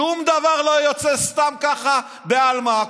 שום דבר לא יוצא סתם ככה בעלמא.